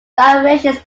variations